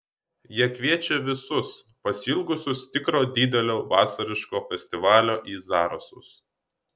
jie kviečia visus pasiilgusius tikro didelio vasariško festivalio į zarasus